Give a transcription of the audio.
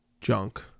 junk